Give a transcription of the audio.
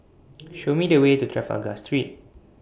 Show Me The Way to Trafalgar Street